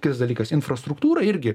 kitas dalykas infrastruktūra irgi